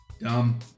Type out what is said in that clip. Dumb